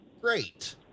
great